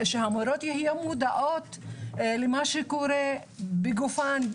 שהמורות יהיו מודעות למה שקורה בגופן,